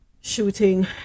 shooting